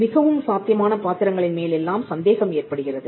மிகவும் சாத்தியமான பாத்திரங்களின் மேல் எல்லாம் சந்தேகம் ஏற்படுகிறது